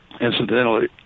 incidentally